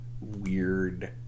weird